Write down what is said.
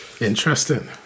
interesting